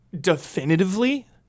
Definitively